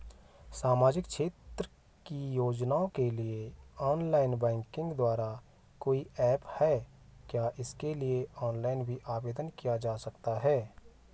सामाजिक क्षेत्र की योजनाओं के लिए ऑनलाइन बैंक द्वारा कोई ऐप है क्या इसके लिए ऑनलाइन भी आवेदन किया जा सकता है?